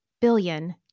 billion